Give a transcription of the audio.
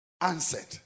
answered